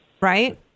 right